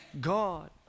God